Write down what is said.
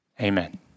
Amen